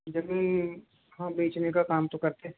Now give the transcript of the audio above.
ज़मीन हाँ बेचने का काम तो करते हैं